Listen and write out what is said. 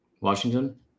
Washington